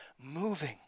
moving